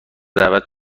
دعوت